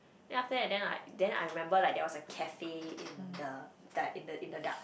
then after that then I then I remember like there was a cafe in the dark in the in the dark